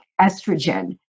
estrogen